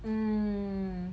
mm